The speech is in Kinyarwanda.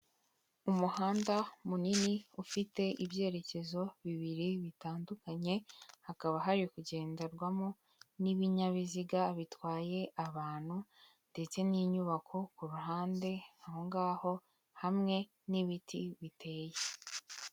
Umuhanda munini ufite ibyerekezo bibiri bitandukanye, hakaba hari kugenderwamo n'ibinyabiziga bitwaye abantu ndetse n'inyubako kuruhande aho ngaho hamwe n'ibiti biteye.